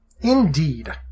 Indeed